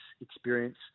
experience